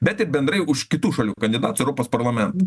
bet ir bendrai už kitų šalių kandidatus europos parlamente